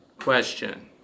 question